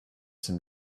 some